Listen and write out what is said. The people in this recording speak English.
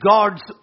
God's